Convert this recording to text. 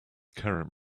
current